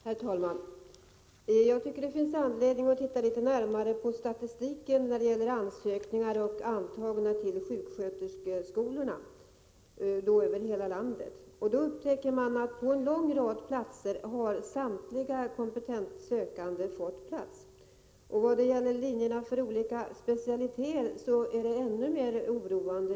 Herr talman! Jag tycker att det finns anledning att se litet närmare på statistiken över ansökningar och antagningar till sjuksköterskeskolorna över hela landet. Av den framgår att på en lång rad platser samtliga kompetenta sökande har fått plats. Beträffande linjerna för olika specialiteter är utvecklingen ännu mer oroande.